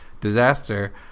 disaster